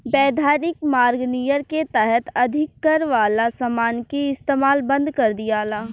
वैधानिक मार्ग नियर के तहत अधिक कर वाला समान के इस्तमाल बंद कर दियाला